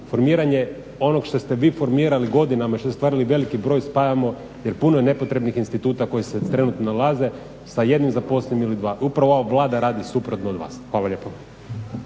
formiranje onog što ste vi formirali godinama i što ste stvarali veliki broj spajamo jer puno je nepotrebnih instituta koji se trenutno nalaze sa jednim zaposlenim ili dva. Upravo ova Vlada radi suprotno od vas. Hvala lijepo.